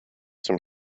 zum